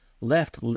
left